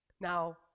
Now